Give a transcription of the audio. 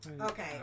Okay